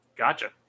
Gotcha